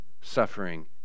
suffering